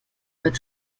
mit